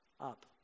up